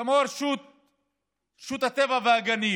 כמו רשות הטבע והגנים